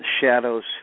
shadows